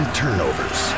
turnovers